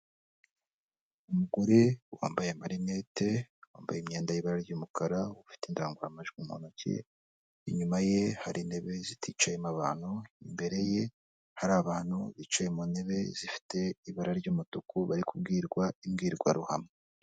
Umugore wambaye amarinete, wambaye imyenda y'ibara ry'umukara, ufite indangururamajwi mu ntoki, inyuma ye hari intebe ziticayemo abantu, imbere ye hari abantu bicaye mu ntebe zifite ibara ry'umutuku, bari kubwirwa imbwirwaruhame.